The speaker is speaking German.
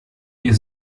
ihr